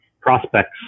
prospects